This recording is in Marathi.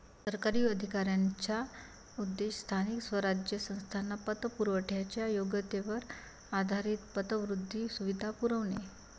सरकारी अधिकाऱ्यांचा उद्देश स्थानिक स्वराज्य संस्थांना पतपुरवठ्याच्या योग्यतेवर आधारित पतवृद्धी सुविधा पुरवणे